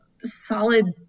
solid